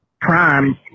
prime